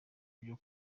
byo